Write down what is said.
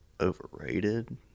overrated